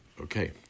okay